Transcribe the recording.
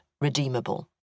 redeemable